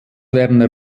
werner